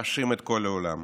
מאשים את כל העולם,